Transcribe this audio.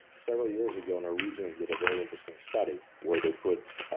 several years ago, norwegians did a very interesting study where they put